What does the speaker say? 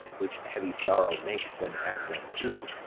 which heavy sorrow makes them apt unto.